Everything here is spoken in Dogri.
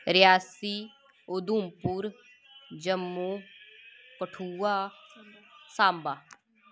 रियासी उधमपुर जम्मू कठुआ सांबा